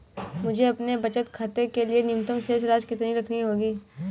मुझे अपने बचत खाते के लिए न्यूनतम शेष राशि कितनी रखनी होगी?